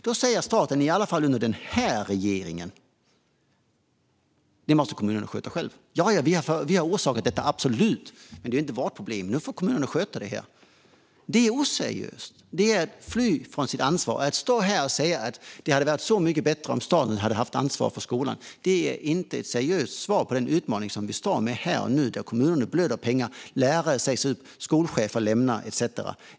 Då säger staten - i alla fall under den här regeringen - att kommunerna måste sköta det här själva. Staten säger: Ja, vi har absolut orsakat detta, men det är inte vårt problem. Nu får kommunerna sköta det här! Det är oseriöst. Det är att fly från sitt ansvar att stå här och säga att det hade varit så mycket bättre om staten hade haft ansvar för skolan. Det är inte ett seriöst svar på den utmaning som vi står med här och nu, där kommuner blöder pengar, lärare sägs upp, skolchefer lämnar sina jobb etcetera.